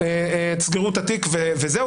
תסגרו את התיק וזהו.